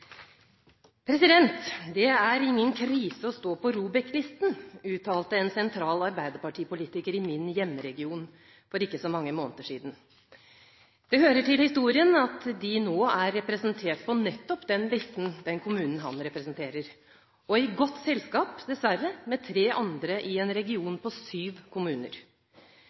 ingen krise å stå på ROBEK-listen, uttalte en sentral arbeiderpartipolitiker i min hjemregion for ikke så mange måneder siden. Det hører med til historien at den kommunen han representerer, nå er representert nettopp på den listen, i godt selskap, dessverre, med tre andre i en region på syv